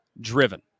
driven